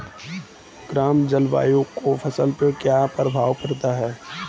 गर्म जलवायु का फसलों पर क्या प्रभाव पड़ता है?